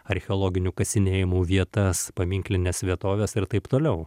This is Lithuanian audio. archeologinių kasinėjimų vietas paminklines vietoves ir taip toliau